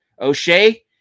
O'Shea